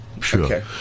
Sure